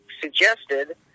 suggested